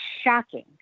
shocking